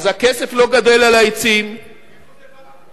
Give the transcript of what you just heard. אז הכסף לא גדל על העצים, מאיפה זה בא אבל?